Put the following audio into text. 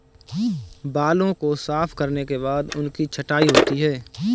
बालों को साफ करने के बाद उनकी छँटाई होती है